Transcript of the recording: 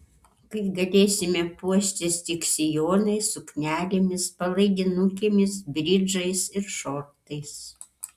kai galėsime puoštis tik sijonais suknelėmis palaidinukėmis bridžais ir šortais